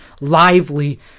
lively